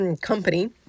company